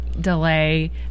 delay